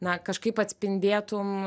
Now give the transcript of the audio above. na kažkaip atspindėtum